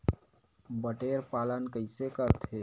बटेर पालन कइसे करथे?